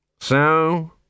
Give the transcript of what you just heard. So